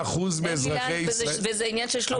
אין לי לאן, וזה עניין של שלום בית.